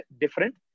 different